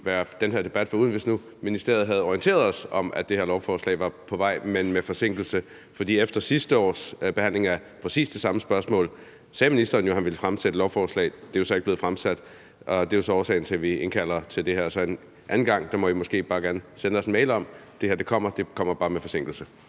været den her debat foruden, hvis nu ministeriet havde orientere os om, at det lovforslag var på vej, men med forsinkelse, for efter sidste års behandling af præcis det samme spørgsmål sagde ministeren jo, at han ville fremsætte et lovforslag. Det er så ikke blevet fremsat, og det er jo så årsagen til, at vi indkalder til det her. Så en anden gang må I måske bare gerne sende os en mail om, at det her kommer, det kommer bare med forsinkelse.